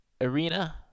arena